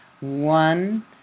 One